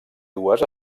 dues